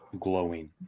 glowing